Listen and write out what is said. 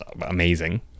amazing